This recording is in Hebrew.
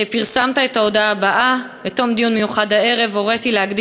פרסמת את ההודעה הבאה: "בתום דיון מיוחד הערב הוריתי להגדיל